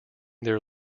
their